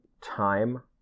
time